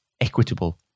equitable